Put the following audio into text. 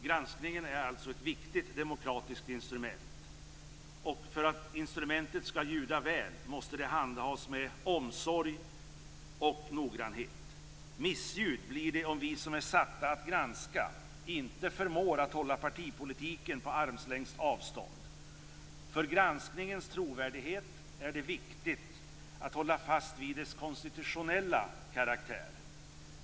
Granskningen är alltså ett viktigt demokratiskt instrument, och för att instrumentet skall ljuda väl måste det handhas med omsorg och noggrannhet. Missljud blir det om vi som är satta att granska inte förmår att hålla partipolitiken på armslängds avstånd. För granskningens trovärdighet är det viktigt att hålla fast vid dess konstitutionella karaktär.